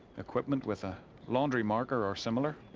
equipment with a laundry marker or similar.